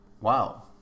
Wow